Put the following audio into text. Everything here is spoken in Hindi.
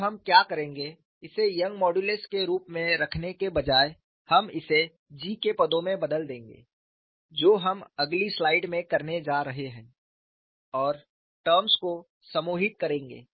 अब हम क्या करेंगे इसे यंग मॉडुलस के रूप में रखने के बजाय हम इसे G के पदों में बदल देंगे जो हम अगली स्लाइड में करने जा रहे हैं और टर्म्स को समूहित करेंगे